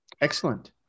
excellent